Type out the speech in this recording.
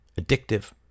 addictive